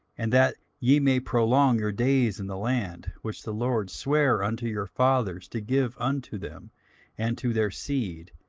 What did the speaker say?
and that ye may prolong your days in the land, which the lord sware unto your fathers to give unto them and to their seed,